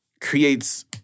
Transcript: creates